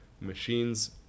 machines